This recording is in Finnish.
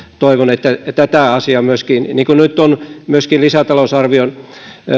toivon että tätä asiaa halutaan parantaa niin kuin nyt on myöskin lisätalousarvion